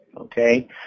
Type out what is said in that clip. okay